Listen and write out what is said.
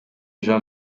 jean